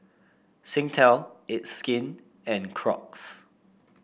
Singtel It's Skin and Crocs